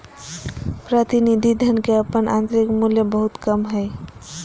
प्रतिनिधि धन के अपन आंतरिक मूल्य बहुत कम हइ